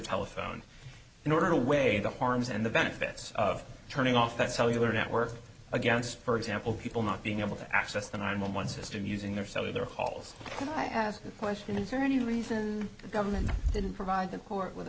telephone in order to weigh the harms and the benefits of turning off that cellular network against for example people not being able to access the nine one one system using their cell in their halls can i ask the question is there any reason the government didn't provide the court with a